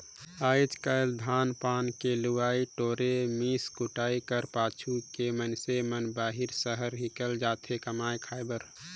आएज काएल धान पान ल लुए टोरे, मिस कुइट कर पाछू के मइनसे मन बाहिर सहर हिकेल जाथे कमाए खाए बर